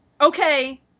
okay